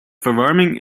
verwarming